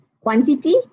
quantity